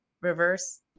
reverse